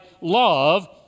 love